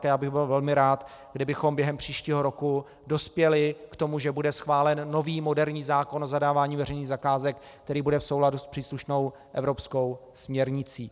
A já bych byl velmi rád, kdybychom během příštího roku dospěli k tomu, že bude schválen nový, moderní zákon o zadávání veřejných zakázek, který bude v souladu s příslušnou evropskou směrnicí.